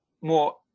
more